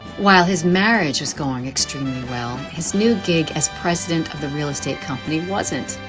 while his marriage was going extremely well, his new gig as president of the real estate company wasn't.